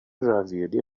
راویولی